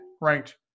ranked